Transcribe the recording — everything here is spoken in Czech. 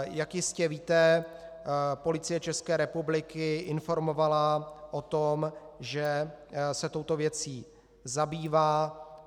Jak jistě víte, Policie České republiky informovala o tom, že se touto věcí zabývá.